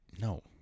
No